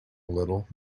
little